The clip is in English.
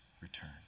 return